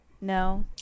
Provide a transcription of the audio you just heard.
No